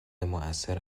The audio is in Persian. موثر